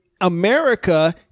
America